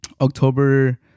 October